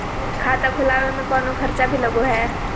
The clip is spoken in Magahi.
खाता खोलावे में कौनो खर्चा भी लगो है?